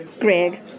Greg